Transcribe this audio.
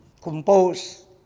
Compose